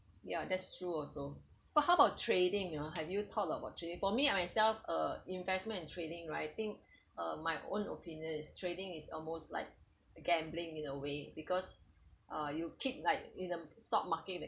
ya that's true also but how about trading ah have you thought about trading for me I myself uh investment and trading right I think my own opinion is trading is almost like a gambling in a way because you keep like in the stock market that